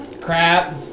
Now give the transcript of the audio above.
Crap